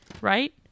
Right